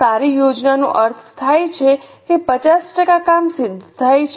સારી યોજનાનો અર્થ થાય છે કે 50 ટકા કામ સિદ્ધ થાય છે